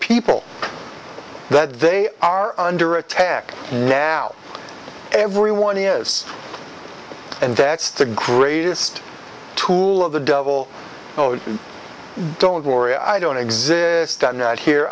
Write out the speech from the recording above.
people that they are under attack now everyone is and that's the greatest tool of the devil oh don't worry i don't exist